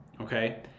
Okay